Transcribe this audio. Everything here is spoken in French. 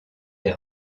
des